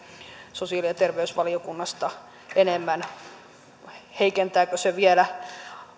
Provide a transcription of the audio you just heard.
sosiaali ja terveysvaliokunnasta kertoa tästä enemmän heikentääkö se vielä